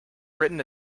written